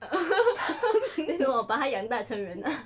then 什么我把他养大成人 ah